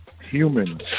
humans